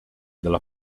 della